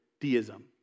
deism